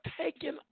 taking